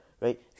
right